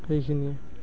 সেইখিনিয়ে